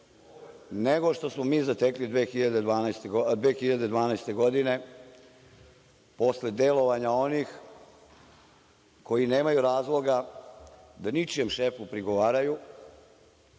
nego što smo mi zatekli 2012. godine, posle delovanja onih koji nemaju razloga da ničijem šefu prigovaraju